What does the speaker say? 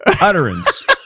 utterance